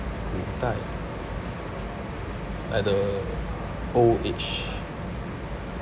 古代 like the old age